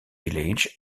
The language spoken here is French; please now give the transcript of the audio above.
village